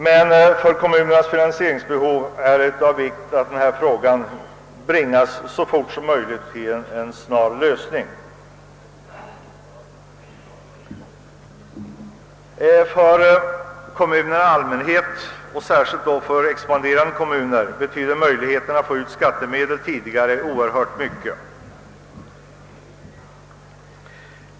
För att kommunernas finansieringsbehov skall kunna tillgodoses är det emellertid av vikt att denna fråga så snart som möjligt bringas till en Jlösning. För kommunerna i allmänhet och särskilt för de expanderande kommunerna betyder möjligheterna att utfå skattemedel i förskott oerhört mycket.